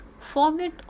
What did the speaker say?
Forget